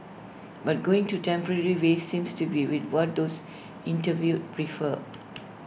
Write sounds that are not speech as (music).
but going to temporary way seems to be we what those interviewed prefer (noise)